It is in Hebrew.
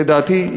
לדעתי,